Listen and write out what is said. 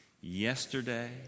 yesterday